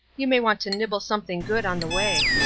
you may want to nibble something good on the way.